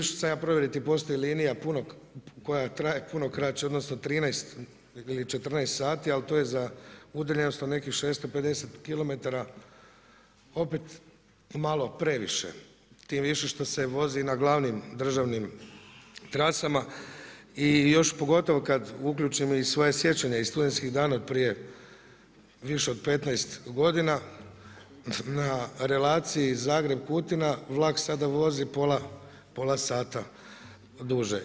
Išao sam ja provjeriti, postoji i linija koja traje puno kraće, odnosno, 13 ili 14 sati, ali to je za udaljenost od nekih 650 km, opet je malo previše, tim više što se vozi na glavnim državnim trasama i još pogotovo kada uključim svoje sjećanje iz studentskih dana, prije više od 15 godina, na relaciji Zagreb-Kutina, vlak sada vozi pola sata duže.